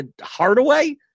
Hardaway